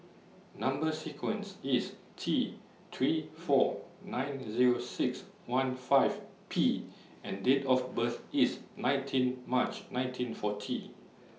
Number sequence IS T three four nine Zero six one five P and Date of birth IS nineteen March nineteen forty